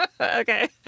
okay